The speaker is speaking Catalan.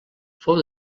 fou